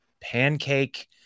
pancake